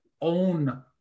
own